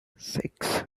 six